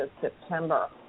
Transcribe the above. September